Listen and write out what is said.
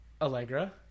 Allegra